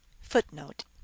footnote